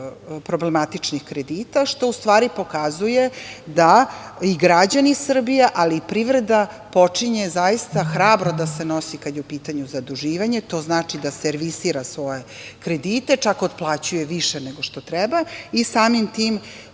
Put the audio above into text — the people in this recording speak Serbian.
problematičnih kredita, što u stvari pokazuje da i građani Srbije, ali i privreda počinju hrabro da se nosi, kada je u pitanju zaduživanje, to znači da servisira svoje kredite, čak otplaćuje više nego što treba i samim tim